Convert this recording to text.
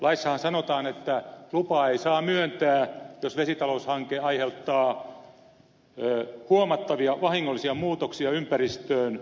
laissahan sanotaan että lupaa ei saa myöntää jos vesitaloushanke aiheuttaa huomattavia vahingollisia muutoksia ympäristön luonnonsuhteisiin